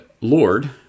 Lord